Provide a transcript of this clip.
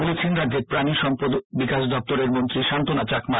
বলেছেন রাজ্যের প্রাণী সম্পদ বিকাশ দপ্তরের মন্ত্রী স্বান্তনা চাকমা